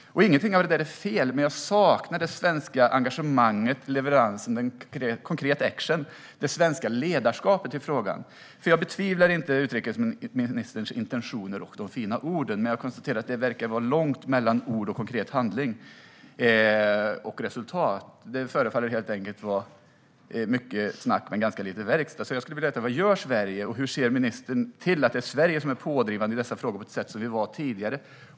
Ingenting av det där är fel, men jag saknar det svenska engagemanget, leverans, konkret action - det svenska ledarskapet i frågan. Jag betvivlar inte utrikesministerns intentioner och de fina orden, men jag konstaterar att det verkar vara långt från ord till konkret handling och resultat. Det förefaller helt enkelt vara mycket snack men ganska lite verkstad. Jag skulle vilja veta: Vad gör Sverige? Hur ser ministern till att det är Sverige som är pådrivande i dessa frågor på det sätt som vi var tidigare?